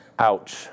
Ouch